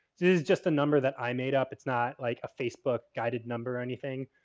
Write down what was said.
this is just a number that i made up. it's not like a facebook guided number or anything.